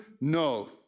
No